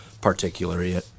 particularly